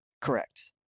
Correct